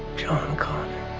john connor.